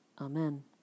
Amen